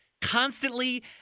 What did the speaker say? constantly